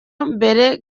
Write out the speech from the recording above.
mbere